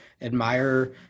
admire